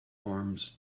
arms